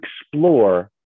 explore